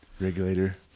Regulator